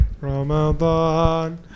Ramadan